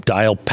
Dial